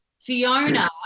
Fiona